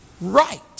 right